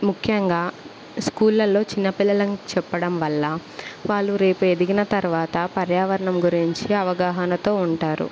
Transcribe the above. ముఖ్యంగా స్కూళ్ళల్లో చిన్న పిల్లలను చెప్పడం వల్ల వాళ్ళు రేపు ఎదిగిన తర్వాత పర్యావరణం గురించి అవగాహనతో ఉంటారు